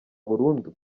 burundu